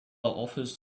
offers